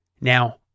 Now